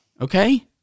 Okay